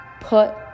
put